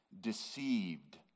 deceived